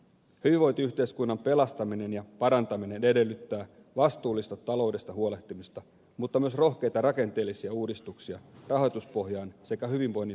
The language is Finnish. hyvinvointiyhteiskunnan pelastaminen ja parantaminen edellyttää vastuullista taloudesta huolehtimista mutta myös rohkeita rakenteellisia uudistuksia rahoituspohjaan sekä hyvinvoinnin tuottamisen malleihin